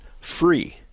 free